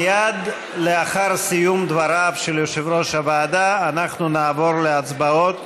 מייד לאחר סיום דבריו של יושב-ראש הוועדה אנחנו נעבור להצבעות.